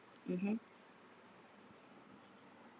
mmhmm